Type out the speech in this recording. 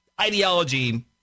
ideology